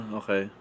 okay